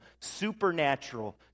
supernatural